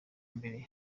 mbere